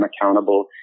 accountable